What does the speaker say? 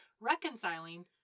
reconciling